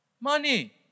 money